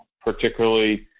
particularly